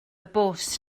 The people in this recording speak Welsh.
bws